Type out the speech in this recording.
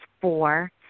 four